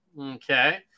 Okay